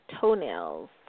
toenails